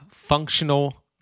Functional